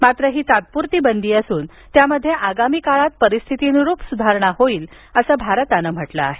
मात्र ही तात्पुरती बंदी असून त्यामध्ये आगामी काळात परिस्थितीनुरूप सुधारणा होईल असं भारतानं म्हटलं आहे